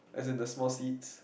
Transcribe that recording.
as in the small seats